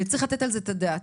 וצריך לתת על זה את הדעת.